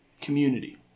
community